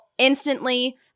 Instantly